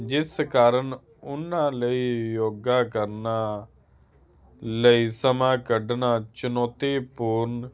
ਜਿਸ ਕਾਰਨ ਉਹਨਾਂ ਲਈ ਯੋਗਾ ਕਰਨ ਲਈ ਸਮਾਂ ਕੱਢਣਾ ਚੁਣੌਤੀਪੂਰਨ